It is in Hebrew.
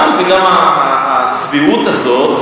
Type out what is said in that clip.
גם התקציב צבוע וגם הצביעות הזאת.